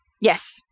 Yes